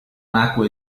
nacque